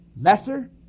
Lesser